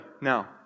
Now